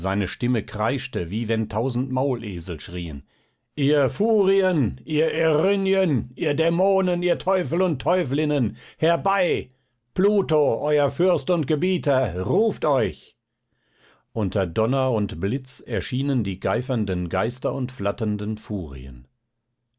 seine stimme kreischte wie wenn tausend maulesel schreien ihr furien ihr erinnyen ihr dämonen ihr teufel und teufelinnen herbei pluto euer fürst und gebieter ruft euch unter donner und blitz erschienen die geifernden geister und flatternden furien